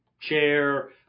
chair